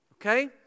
Okay